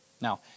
Now